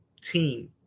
team